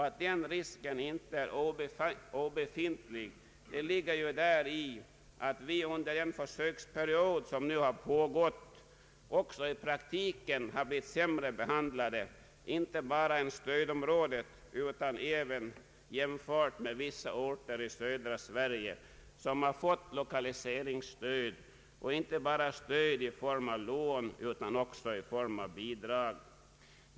Att den risken inte är obefintlig ligger ju däri, att Gotland under den försöksperiod som nu har pågått också i praktiken har blivit sämre behandlat än inte bara stödområdet utan även jämfört med vissa orter i södra Sverige som har fått lokaliseringsstöd och inte bara stöd i form av lån utan också i form av bidrag.